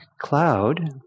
cloud